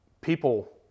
people